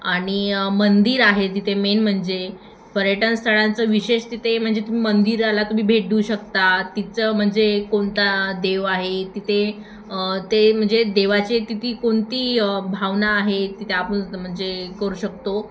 आणि मंदिर आहे तिथे मेन म्हणजे पर्यटन स्थळांचं विशेष तिथे म्हणजे तु मंदिराला तुम्ही भेट देऊ शकता तिचं म्हणजे कोणता देव आहे तिथे ते म्हणजे देवाचे तिथे कोणती भावना आहे तिथे आपण म्हणजे करू शकतो